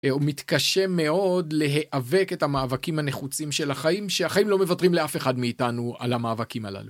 הוא מתקשה מאוד להיאבק את המאבקים הנחוצים של החיים שהחיים לא מוותרים לאף אחד מאיתנו על המאבקים הללו.